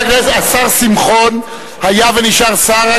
השר שמחון היה ונשאר שר.